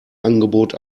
angebot